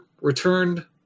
returned